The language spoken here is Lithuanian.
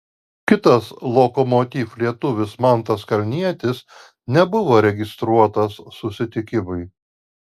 kitas lokomotiv lietuvis mantas kalnietis nebuvo registruotas susitikimui